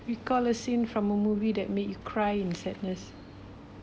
recall a scene from a movie that made you cry and sadness